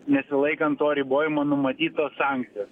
nesilaikant to ribojimo numatytos sankcijos